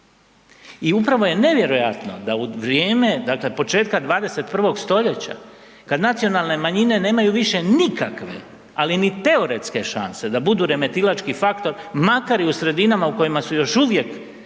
I upravo je nevjerojatno da u vrijeme, dakle početka 21. stoljeća kad nacionalne manjine nemaju više nikakve, ali ni teoretske šanse da budu remetilački faktor, makar i u sredinama u kojima su još uvijek